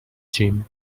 gym